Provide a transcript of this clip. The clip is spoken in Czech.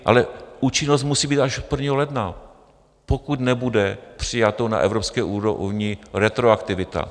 Ale účinnost musí být až od 1 ledna, pokud nebude přijata na evropské úrovni retroaktivita.